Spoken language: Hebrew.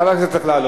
חברת הכנסת רגב.